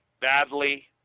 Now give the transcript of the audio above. badly